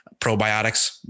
probiotics